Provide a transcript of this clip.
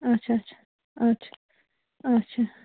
اچھا اچھا اچھ اچھا